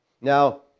Now